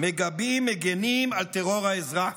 מגבים, מגינים על טרור האזרח.